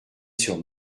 sur